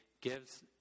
gives